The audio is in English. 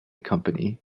company